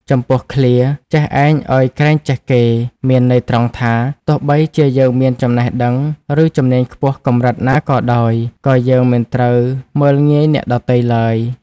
ចំពោះឃ្លា "ចេះឯងឲ្យក្រែងចេះគេ" មានន័យត្រង់ថា ទោះបីជាយើងមានចំណេះដឹង ឬជំនាញខ្ពស់កម្រិតណាក៏ដោយ ក៏យើងមិនត្រូវមើលងាយអ្នកដទៃឡើយ។